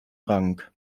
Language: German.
rang